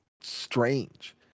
strange